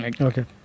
Okay